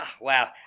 Wow